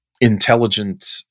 intelligent